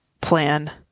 plan